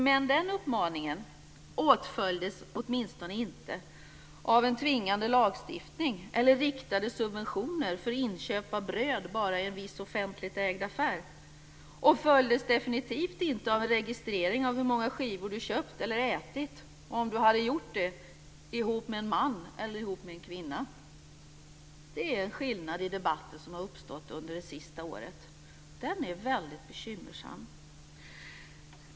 Men den uppmaningen åtföljdes åtminstone inte av en tvingande lagstiftning eller riktade subventioner för inköp av bröd bara i en viss offentligt ägd affär och följdes definitivt inte av en registrering av hur många skivor du köpt eller ätit, om du hade gjort det ihop med en man eller ihop med en kvinna. Det är en skillnad i debatten som har uppstått under det senaste året. Den är väldigt bekymmersam.